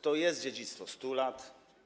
To jest dziedzictwo 100 lat.